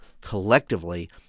collectively